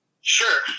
Sure